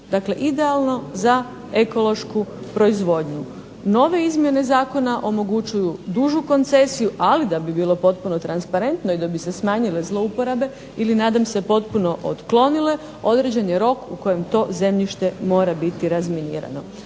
dakle idealno za ekološku proizvodnju. Nove izmjene zakona omogućuju dužu koncesiju, ali da bi bilo potpuno transparentno, i da bi se smanjile zlouporabe ili nadam se potpuno otklonile, određen je rok u kojem to zemljište mora biti razminirano.